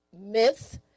myths